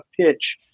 pitch